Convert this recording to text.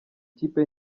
kipe